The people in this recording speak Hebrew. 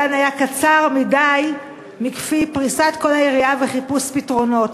עדיין היה קצר מכדי לפרוס את כל היריעה ולחפש פתרונות.